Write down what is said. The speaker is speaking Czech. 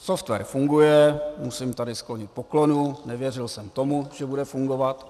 Software funguje, musím tady složit poklonu, nevěřil jsem tomu, že bude fungovat.